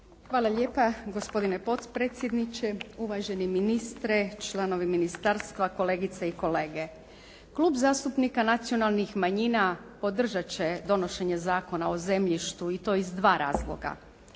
Hvala lijepa. Gospodine potpredsjedniče, uvaženi ministre, članovi ministarstva, kolegice i kolege. Klub zastupnika nacionalnih manjina podržat će donošenje Zakona o zemljištu i to iz dva razloga.